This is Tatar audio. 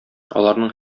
аларның